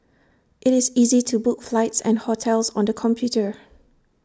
IT is easy to book flights and hotels on the computer